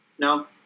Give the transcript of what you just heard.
No